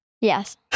Yes